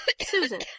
Susan